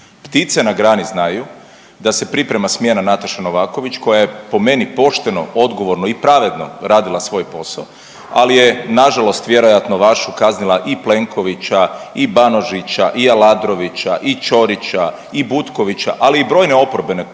Ptice na grani znaju da se priprema smjena Nataše Novaković koja je po meni pošteno, odgovorno i pravedno radila svoj posao, ali je nažalost vjerojatno vašu kaznila i Plenkovića i Banožića i Aladrovića i Ćorića i Butkovića, ali i brojne oporbene